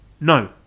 no